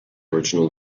original